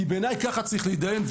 כי בעיניי ככה צריך להתדיין,